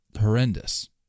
horrendous